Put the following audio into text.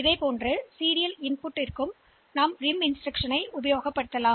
இதேபோல் நீங்கள் தொடர் உள்ளீட்டு பகுதிகளுக்கு RIM இன்ஸ்டிரக்ஷன்ன் உதவியை நாங்கள் கவனித்துக் கொள்ளலாம்